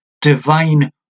divine